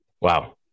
Wow